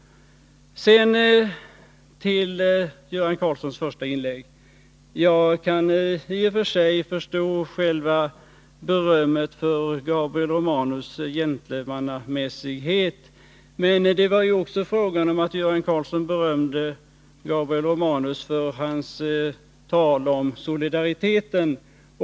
Sedan till Göran Karlssons första inlägg: Jag kan i och för sig förstå berömmet för Gabriel Romanus gentlemannamässighet. Göran Karlsson berömde emellertid också Gabriel Romanus för hans tal om solidaritet.